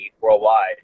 worldwide